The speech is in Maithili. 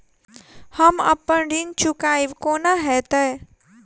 हम अप्पन ऋण चुकाइब कोना हैतय?